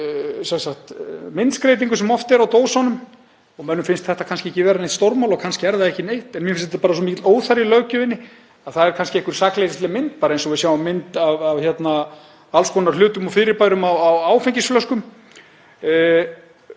myndskreytingum sem oft eru á dósunum og mönnum finnst þetta kannski ekki vera neitt stórmál og kannski er það ekki neitt, en mér finnst þetta bara svo mikill óþarfi í löggjöfinni. Það er kannski einhver sakleysisleg mynd eins og við sjáum mynd af alls konar hlutum og fyrirbærum á áfengisflöskum.